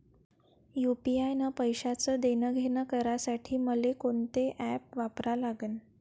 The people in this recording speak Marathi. यू.पी.आय न पैशाचं देणंघेणं करासाठी मले कोनते ॲप वापरा लागन?